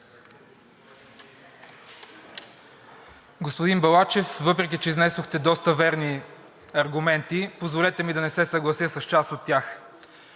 Господин Балачев, въпреки че изнесохте доста верни аргументи, позволете ми да не се съглася с част от тях.